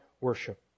worship